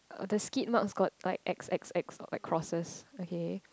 uh the skid mark got like X X X like crosses okay